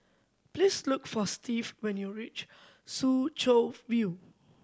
please look for Steve when you reach Soo Chow View